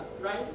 right